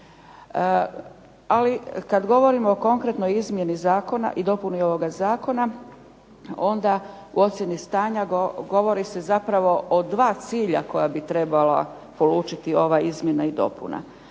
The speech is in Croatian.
Ali kada govorimo o konkretno izmjeni i dopuni ovoga zakona, onda u ocjeni stanja govori se zapravo o dva cilja koja bi trebala polučiti ova izmjena i dopuna.